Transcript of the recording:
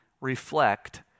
reflect